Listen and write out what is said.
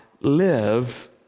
live